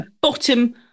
bottom